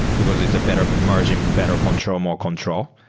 because it's a better margins, better control, more control.